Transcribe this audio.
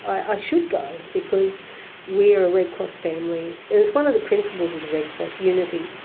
i should go, because we are a red cross family. it's one of the principles of the red cross, unity,